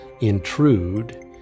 intrude